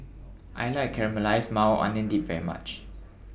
I like Caramelized Maui Onion Dip very much